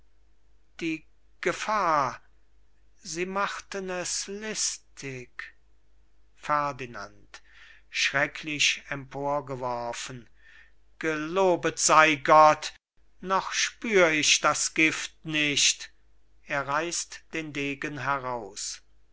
mein vater die gefahr sie machten es listig ferdinand schrecklich emporgeworfen gelobet sei gott noch spür und das gift nicht er reißt den degen heraus